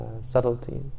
subtlety